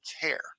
care